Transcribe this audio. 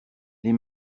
les